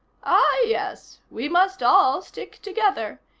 ah, yes. we must all stick together.